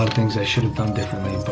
things i should have done differently, but